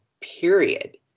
period